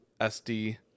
SD